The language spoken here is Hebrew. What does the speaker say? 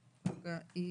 וכולי.